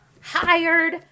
hired